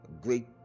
great